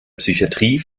psychatrie